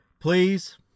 please